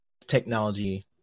technology